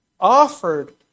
offered